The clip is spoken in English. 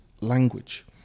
language